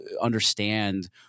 understand